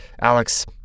Alex